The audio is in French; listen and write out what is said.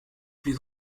plus